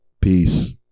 Peace